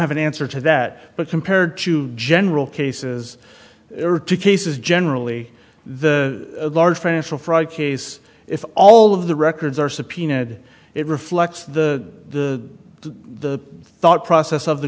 have an answer to that but compared to general cases there are two cases generally the large financial fraud case if all of the records are subpoenaed it reflects the the thought process of the